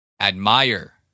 admire